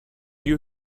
you